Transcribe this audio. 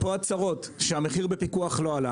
פה הצרה, שהמחיר בפיקוח לא עלה.